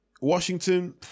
Washington